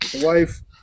wife